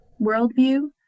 worldview